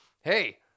hey